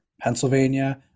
Pennsylvania